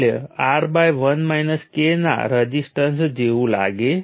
અને આગળની term V2 VN એ V2Nસિવાય બીજું કંઈ નથી